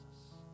Jesus